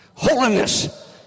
Holiness